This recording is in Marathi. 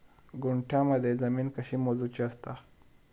गुंठयामध्ये जमीन कशी मोजूची असता?